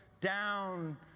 down